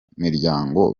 miryango